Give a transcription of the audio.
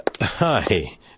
Hi